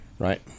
Right